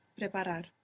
Preparar